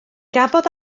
gafodd